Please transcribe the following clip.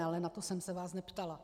Ale na to jsem se vás neptala.